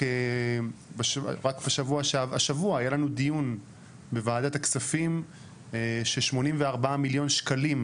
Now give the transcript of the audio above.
רק השבוע היה לנו דיון בוועדת הכספים ש-84 מליון שקלים,